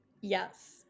Yes